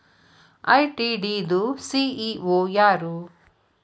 ITD ದು CEO ಯಾರು?